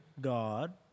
God